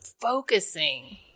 focusing